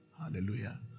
Hallelujah